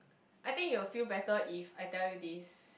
I think you will feel better if I tell you this